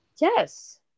Yes